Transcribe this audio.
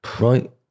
right